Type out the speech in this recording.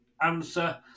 answer